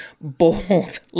bold